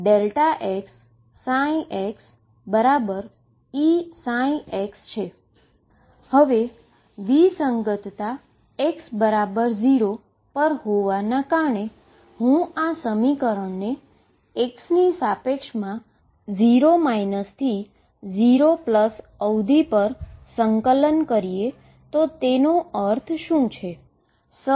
હવે discontinuity x 0 પર હોવાને કારણે હું આ સમીકરણને x ની સાપેક્ષમા 0 થી 0 અવધી પર સંકલન કરીએ તો તેનો અર્થ શું છે